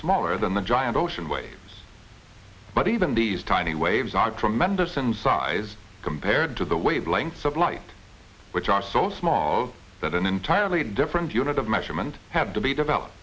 smaller than the giant ocean waves but even these tiny waves are tremendous in size compared to the wavelengths of light which are so small that an entirely from the unit of measurement have to be developed